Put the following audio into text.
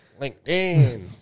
LinkedIn